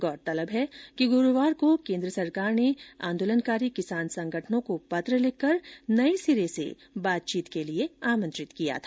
गौरतबल है कि गुरूवार को केन्द्र सरकार ने आंदोलनकारी किसान संगठनों को पत्र लिखकर नए सिरे से बातचीत के लिए आमंत्रित किया था